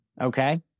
Okay